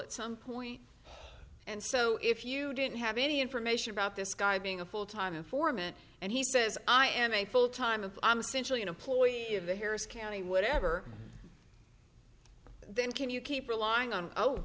at some point and so if you don't have any information about this guy being a full time informant and he says i am a full time of i'm essentially an employee of the harris county whatever then can you keep relying on oh